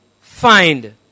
find